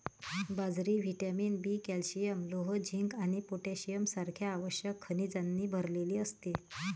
बाजरी vitamin B, calcium, लोह, zinc आणि पोटॅशियम सारख्या आवश्यक खनिजांनी भरलेली असते